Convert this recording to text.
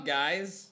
guys